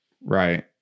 right